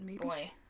Boy